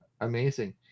Amazing